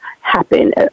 happen